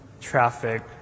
traffic